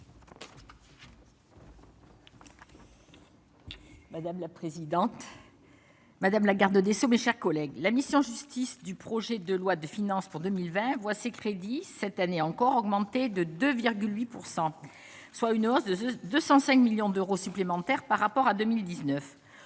Madame la présidente. Madame la garde des sceaux, mes chers collègues, la mission Justice du projet de loi de finances pour 2020 voit ses crédits cette année encore augmenté de 2 8 pourcent, soit une hausse de 205 millions d'euros supplémentaires par rapport à 2019